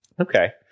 Okay